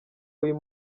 uyu